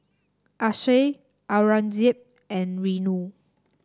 Akshay Aurangzeb and Renu